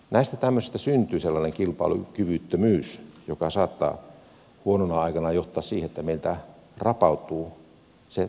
näistä tämmöisistä syntyy sellainen kilpailukyvyttömyys joka saattaa huonona aikana johtaa siihen että meiltä rapautuu se työn määrä